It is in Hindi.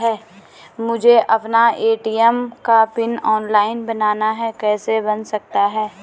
मुझे अपना ए.टी.एम का पिन ऑनलाइन बनाना है कैसे बन सकता है?